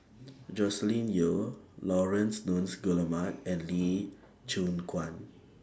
Joscelin Yeo Laurence Nunns Guillemard and Lee Choon Guan